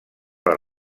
les